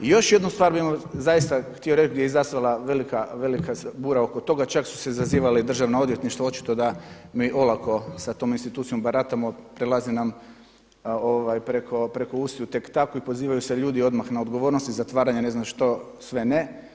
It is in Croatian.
I još jednu stvar bih vas zaista htio reći gdje je i nastala velika, velika bura oko toga, čak su se zazivala i državna odvjetništva, očito da mi olako sa tom institucijom baratamo, prelazi nam preko usta tek tako i pozivaju se ljudi odmah na odgovornost i zatvaranje i ne znam što sve ne.